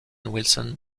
wilson